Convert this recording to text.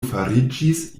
fariĝis